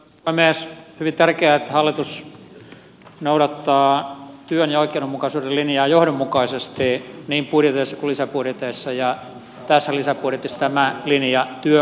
on hyvin tärkeää että hallitus noudattaa työn ja oikeudenmukaisuuden linjaa johdonmukaisesti niin budjeteissa kuin lisäbudjeteissa ja tässä lisäbudjetissa tämä linja työ ja oikeudenmukaisuus täyttyy